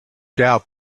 doubt